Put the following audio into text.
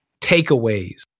takeaways